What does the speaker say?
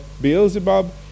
Beelzebub